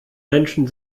menschen